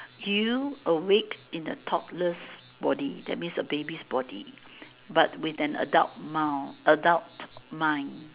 you awake in a toddler's body that means a baby's body but with an adult mild adult mind